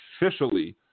officially